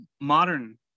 modern